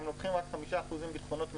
הם לוקחים רק 5% ביטחונות מהעסק,